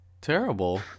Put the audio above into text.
Terrible